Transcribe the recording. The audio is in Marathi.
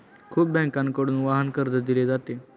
खूप बँकांकडून वाहन कर्ज दिले जाते